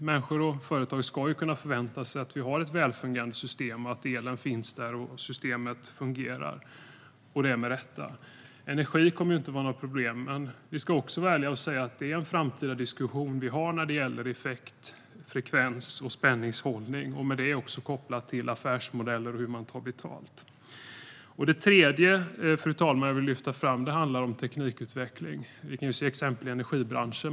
Människor och företag ska kunna förvänta sig att vi har ett välfungerande system, att elen finns där och att systemet fungerar - och det med rätta. Energi kommer inte att vara något problem. Men vi ska vara ärliga och säga att det är en framtida diskussion vi har när det gäller effekt, frekvens och spänningshållning. Det är också kopplat till affärsmodeller och hur man tar betalt. Fru talman! Det tredje jag vill lyfta fram handlar om teknikutveckling. Vi kan se exempel i energibranschen.